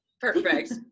perfect